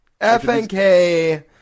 FNK